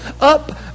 up